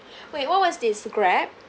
wait what was this Grab